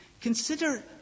Consider